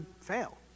fail